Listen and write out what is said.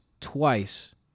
twice